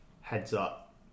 heads-up